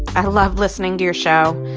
i love listening to your show.